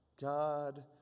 god